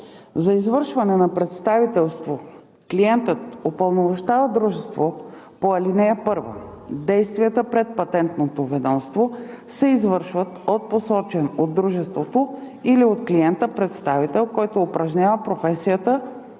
За извършване на представителство клиентът упълномощава дружество по ал. 1. Действията пред Патентното ведомство се извършват от посочен от дружеството или от клиента представител, който упражнява професията